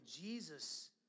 Jesus